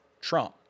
Trump